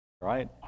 right